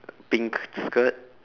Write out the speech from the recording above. pink skirt